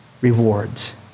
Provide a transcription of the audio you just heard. rewards